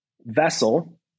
vessel